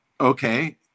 okay